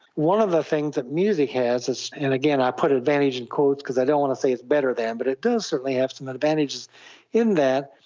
one of the things that music has, and again i put advantage in quotes because i don't want to say it's better than, but it does certainly have some advantages in that.